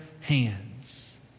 hands